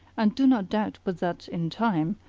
and do not doubt but that, in time,